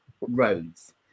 roads